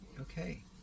Okay